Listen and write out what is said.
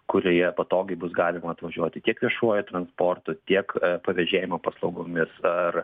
kurioje patogiai bus galima atvažiuoti tiek viešuoju transportu tiek pavėžėjimo paslaugomis ar